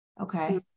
Okay